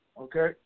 Okay